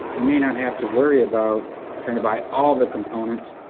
you may not have to worry about trying to buy all the components.